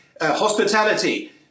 hospitality